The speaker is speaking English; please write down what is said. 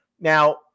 Now